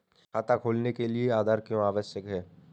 खाता खोलने के लिए आधार क्यो आवश्यक है?